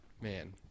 man